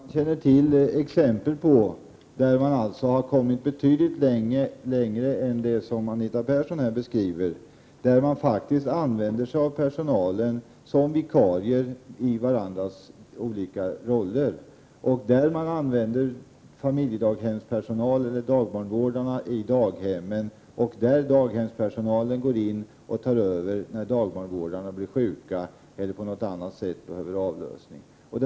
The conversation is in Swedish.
Herr talman! Jag känner till exempel där man har kommit betydligt längre än det som Anita Persson beskrev, och där man faktiskt använder sig av personalen som vikarier i varandras olika roller. Man använder familjedaghemspersonal eller dagbarnvårdare i daghemmen, och daghemspersonalen går in och tar över när dagbarnvårdarna blir sjuka eller behöver avlösning på ett annat sätt.